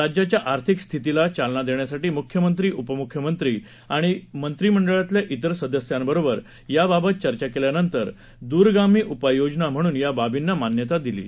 राज्याच्या आर्थिक स्थितीला चालना देण्यासाठी मुख्यमंत्री उपमुख्यमंत्री आणि मंत्रीमंडळातल्या इतर सदस्य्यां बरोबर या बाबत चर्चा केल्या नंतर दूरगामी उपाययोजना म्हणून या बाबींना मान्यता दिली आहे